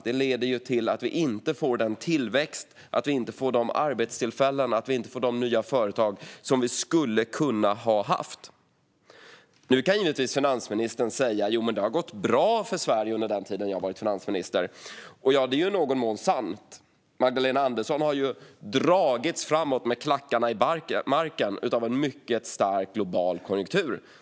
Den leder till att vi inte får den tillväxt, de arbetstillfällen eller de nya företag som vi skulle kunna ha haft. Nu kan finansministern givetvis säga: Jo, men det har gått bra för Sverige under den tid jag har varit finansminister. Och det är i någon mån sant. Magdalena Andersson har dragits framåt med klackarna i marken av en mycket stark global konjunktur.